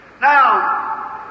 Now